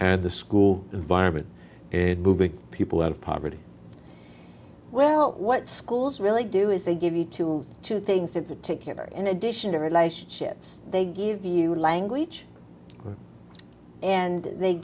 and the school environment and moving people out of poverty well what schools really do is they give you two two things that particular in addition to relationships they give you language and they